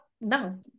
no